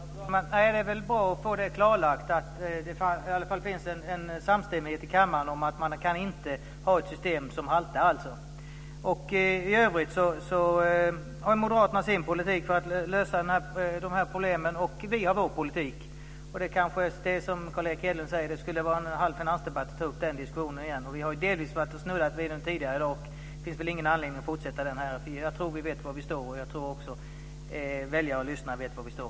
Fru talman! Det är bra att få det klarlagt, att det finns en samstämmighet i kammaren om att man inte kan ha ett system som haltar. I övrigt har moderaterna sin politik och vi har vår politik för att lösa dessa problem. Det skulle - som Carl Erik Hedlund säger - bli en finansdebatt om vi tog upp den diskussionen igen. Vi har delvis snuddat vid detta tidigare i dag, men det finns väl ingen anledning att fortsätta den diskussionen. Jag tror att vi, liksom väljare och lyssnare, vet var vi står.